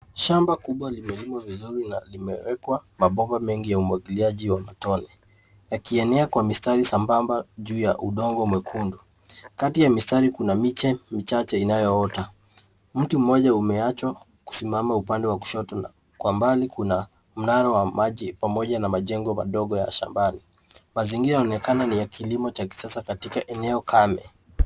Shamba kubwa limelimwa vizuri na limeekwa mabomba mengi ya umwagiliaji wa matone yakienea kwa mstari sambamba juu ya udongo mwekundu. Kati ya mistari kuna miche michache inayoota. Mti mmoja umeacha kusimama upande wa kushoto na kwa mbali kuna mnara wa maji pamoja na jengo madogo ya shambani. Mazingira yaonekana ni ya kilimo na cha kisasa katika eneo kame.